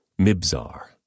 Mibzar